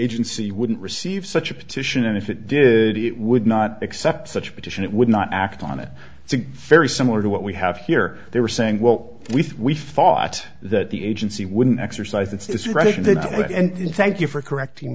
agency wouldn't receive such a petition and if it did it would not accept such petition it would not act on it it's very similar to what we have here they were saying well we thought that the agency wouldn't exercise its right and thank you for correcting